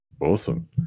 Awesome